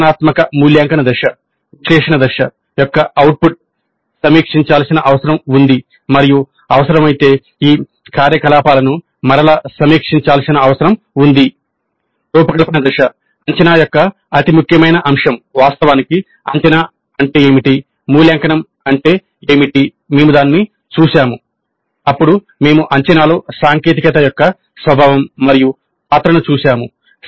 నిర్మాణాత్మక మూల్యాంకన దశ విశ్లేషణ దశ యొక్క అవుట్పుట్ సమీక్షించాల్సిన అవసరం ఉంది మరియు అవసరమైతే ఈ కార్యకలాపాలను మరల సమీక్షించాల్సిన అవసరం ఉంది రూపకల్పన దశ అంచనా యొక్క అతి ముఖ్యమైన అంశం వాస్తవానికి అంచనా అంటే ఏమిటి మూల్యాంకనం అంటే ఏమిటి మేము దానిని చూశాము అప్పుడు మేము అంచనాలో సాంకేతికత యొక్క స్వభావం మరియు పాత్రను చూశాము